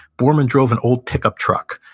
borman drove an old pickup truck.